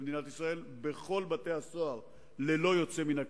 במדינת ישראל, בכל בתי-הסוהר ללא יוצא מן הכלל,